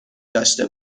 داشته